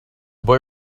boy